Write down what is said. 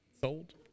Sold